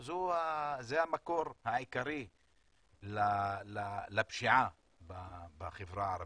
המקור העיקרי לפשיעה בחברה הערבית.